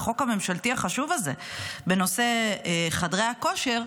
החוק הממשלתי החשוב הזה בנושא חדרי הכושר,